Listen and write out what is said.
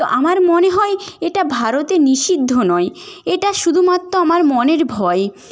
তো আমার মনে হয় এটা ভারতে নিষিদ্ধ নয় এটা শুধুমাত্র আমার মনের ভয়